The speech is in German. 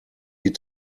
die